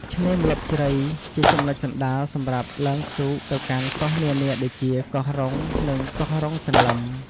ឆ្នេរម្លប់ជ្រៃ ជាចំណុចកណ្ដាលសម្រាប់ឡើងទូកទៅកាន់កោះនានាដូចជា កោះរុង និងកោះរ៉ុងសន្លឹម។